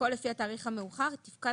הכל לפי התאריך המאוחר תפקע